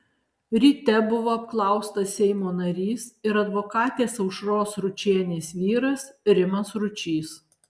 ryte buvo apklaustas seimo narys ir advokatės aušros ručienės vyras rimas ručys